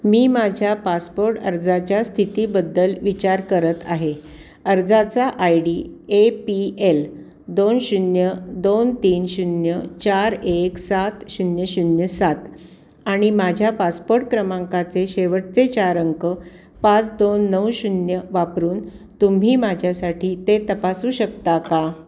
मी माझ्या पासपोर्ट अर्जाच्या स्थितीबद्दल विचार करत आहे अर्जाचा ID A P L दोन शून्य दोन तीन शून्य चार एक सात शून्य शून्य सात आणि माझ्या पासपोट क्रमांकाचे शेवटचे चार अंक पाच दोन नऊ शून्य वापरून तुम्ही माझ्यासाठी ते तपासू शकता का